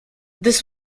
this